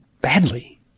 badly